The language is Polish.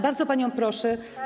Bardzo panią proszę.